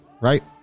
Right